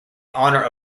honor